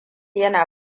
yana